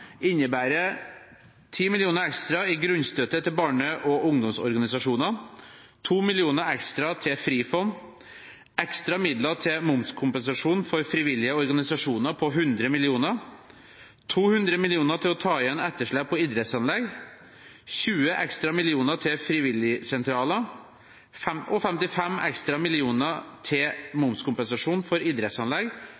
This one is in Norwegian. ekstra i grunnstøtte til barne- og ungdomsorganisasjoner, 2 millioner ekstra til Frifond, ekstra midler til momskompensasjon for frivillige organisasjoner på 100 millioner, 200 millioner til å ta igjen etterslep på idrettsanlegg, 20 ekstra millioner til frivilligsentraler og 55 ekstra millioner til momskompensasjon for idrettsanlegg,